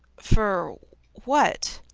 for what?